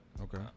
Okay